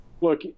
look